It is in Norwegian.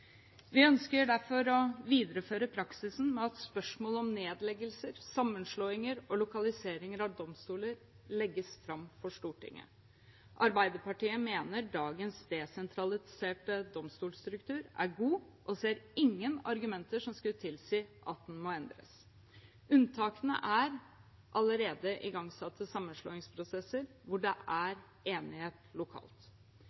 Vi ønsker derfor å videreføre praksisen med at spørsmål om nedleggelser, sammenslåinger og lokaliseringer av domstoler legges fram for Stortinget. Arbeiderpartiet mener dagens desentraliserte domstolstruktur er god, og ser ingen argumenter som skulle tilsi at den må endres. Unntaket er allerede igangsatte sammenslåingsprosesser hvor det